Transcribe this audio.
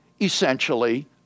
essentially